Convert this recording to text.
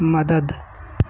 مدد